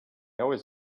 always